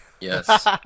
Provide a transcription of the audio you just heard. Yes